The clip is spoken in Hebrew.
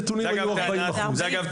אגב,